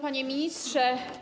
Panie Ministrze!